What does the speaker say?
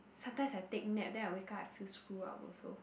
sometimes I take nap then I wake up I feel screw up also